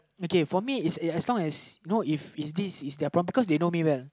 okay for me is it as long as you know if is this is their problem because they know me well